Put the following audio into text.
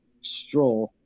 straw